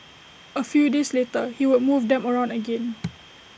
A few days later he would move them around again